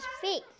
fake